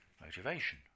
motivation